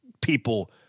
people